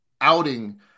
outing